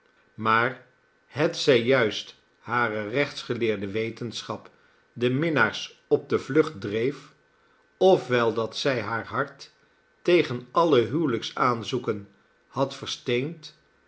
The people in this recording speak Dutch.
maar hetzij juist hare rechtsgeleerde wetenschap de minnaars op de vlucht dreef of wel dat zij haar hart tegen alle huwelijksaanzoeken had versteend